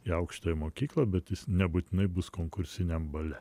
į aukštąją mokyklą bet jis nebūtinai bus konkursiniam bale